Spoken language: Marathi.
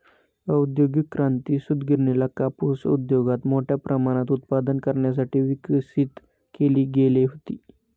औद्योगिक क्रांती, सूतगिरणीला कापूस उद्योगात मोठ्या प्रमाणात उत्पादन करण्यासाठी विकसित केली गेली होती